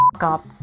up